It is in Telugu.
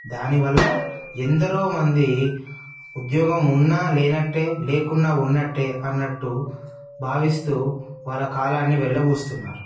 దానివల్ల ఎందరో మంది ఉద్యోగం ఉన్నా లేనట్టే లేకున్నా ఉన్నట్టే అన్నట్టు భావిస్తూ వాళ్ళ కాలాన్ని వెళ్ళబుచ్చుతున్నారు